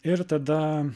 ir tada